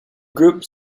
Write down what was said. groupe